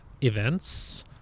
events